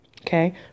Okay